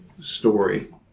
story